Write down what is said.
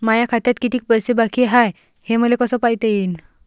माया खात्यात कितीक पैसे बाकी हाय हे मले कस पायता येईन?